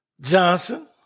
Johnson